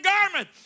garment